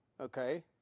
Okay